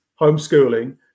homeschooling